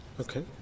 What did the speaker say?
Okay